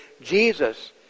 Jesus